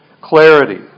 clarity